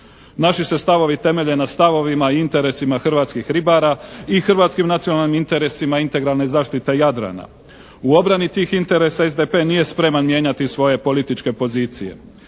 Naši se stavovi temelje na stavovima i interesima hrvatskih ribara i hrvatskim nacionalnim interesima integralne zaštite Jadrana. U obrani tih interesa SDP nije spreman mijenjati svoje političke pozicije.